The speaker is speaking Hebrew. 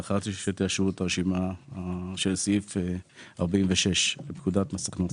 לאחר שתאשרו את הרשימה לעניין סעיף 46 לפקודת מס הכנסה.